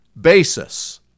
basis